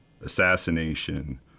assassination